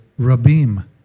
Rabim